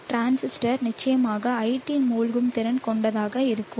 transistor நிச்சயமாக ஐடி மூழ்கும் திறன் கொண்டதாக இருக்கும்